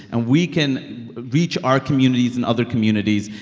and we can reach our communities and other communities,